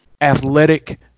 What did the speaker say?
athletic